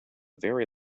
very